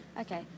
Okay